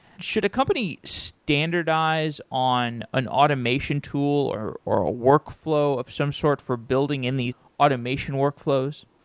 should a company standardize on an automation tool or or a workflow of some sort for building in the automation workflows?